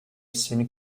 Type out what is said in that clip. soon